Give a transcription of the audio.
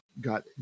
got